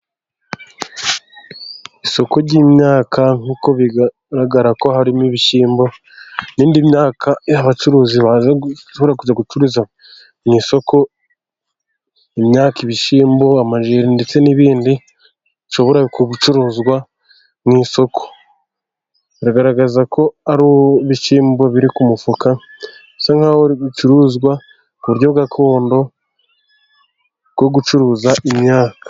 Isoko ry'imyaka nkuko bigaragara ko harimo ibishyimbo n'indi myaka abacuruzi bashobora kujya gucuruza mu isoko imyaka, ibishyimbo, amajeri, ndetse n'ibindi bishobora gucuruzwa mu isoko biragaragaza ko ari ibishyimbo biri ku mufuka bisa nk'aho bicuruzwa ku buryo gakondo bwo gucuruza imyaka.